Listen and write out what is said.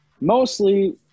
mostly